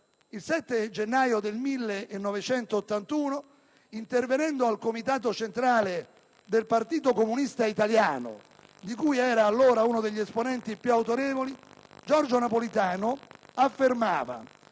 Il 7 gennaio 1981, intervenendo al comitato centrale del Partito comunista italiano, di cui era allora uno degli esponenti più autorevoli, Giorgio Napolitano affermava: